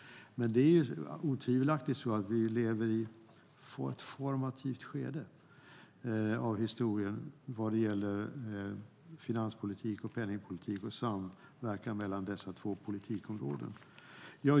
Otvivelaktigt lever vi i ett formativt skede av historien vad gäller finanspolitik, penningpolitik och samverkan mellan dessa två politikområden.